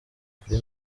kuri